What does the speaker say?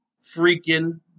freaking